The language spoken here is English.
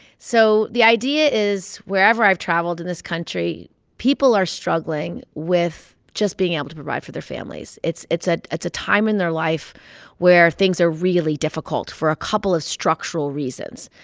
so the idea is wherever i've traveled in this country, people are struggling with just being able to provide for their families. it's it's ah a time in their life where things are really difficult for a couple of structural reasons.